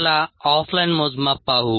चला ऑफलाइन मोजमाप पाहू